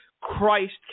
Christ